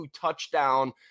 touchdown